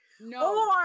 No